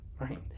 right